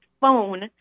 phone